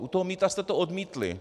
U toho mýta jste to odmítli.